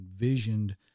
envisioned